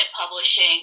publishing